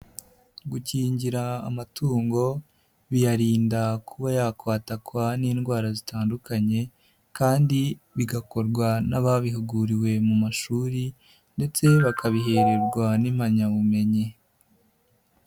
Gukingira amatungo, biyarinda kuba yakwatakwa n'indwara zitandukanye kandi bigakorwa n'ababihuguriwe mu mashuri ndetse bakabihererwa n'impamyabumenyi.